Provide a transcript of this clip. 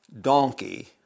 donkey